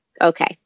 Okay